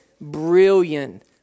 brilliant